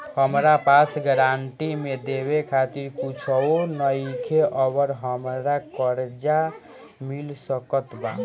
हमरा पास गारंटी मे देवे खातिर कुछूओ नईखे और हमरा कर्जा मिल सकत बा?